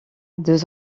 deux